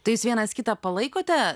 tai jūs vienas kitą palaikote